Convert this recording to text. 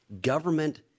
Government